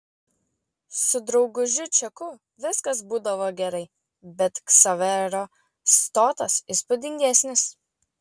su draugužiu čeku viskas būdavo gerai bet ksavero stotas įspūdingesnis